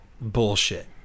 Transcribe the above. bullshit